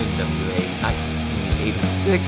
1986